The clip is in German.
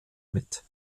mit